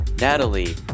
Natalie